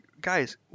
guys